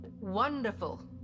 Wonderful